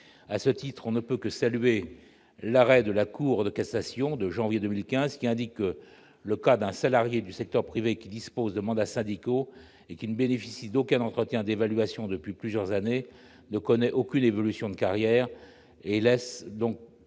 À ce titre, on ne peut que saluer l'arrêt de la Cour de cassation de janvier 2015, aux termes duquel le cas d'un salarié du secteur privé disposant de mandats syndicaux qui ne bénéficie d'aucun entretien d'évaluation depuis plusieurs années et ne connaît aucune évolution de carrière laisse